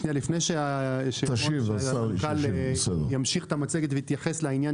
לפני שהמנכ"ל ימשיך את המצגת ויתייחס לעניין